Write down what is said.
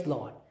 Lord